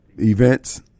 events